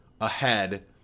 ahead